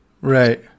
Right